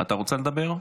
אתה רוצה לדבר?